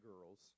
girls